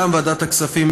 מטעם ועדת הכספים,